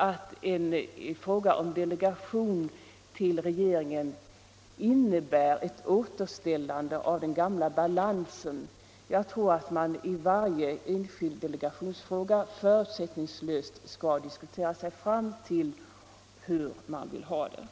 att en fråga om delegation till regeringen innebär ett återställande av den gamla balansen. Jag tror att man i varje enskild delegationsfråga förutsättningslöst skall diskutera sig fram till hur man vill ha det.